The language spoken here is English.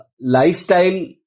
lifestyle